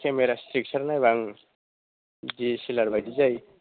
camera section नायबा D S L R बायदि जायो